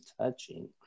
touching